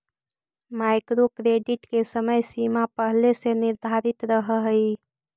micro credit के समय सीमा पहिले से निर्धारित रहऽ हई